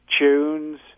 tunes